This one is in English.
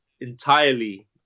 entirely